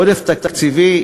עודף תקציבי,